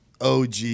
OG